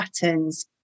patterns